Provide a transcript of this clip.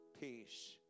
peace